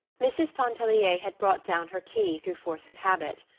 mrs. pontellier had brought down her key through force of habit.